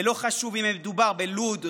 ולא חשוב אם מדובר בלוד,